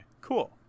cool